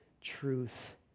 truth